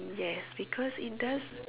yes because it does